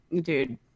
dude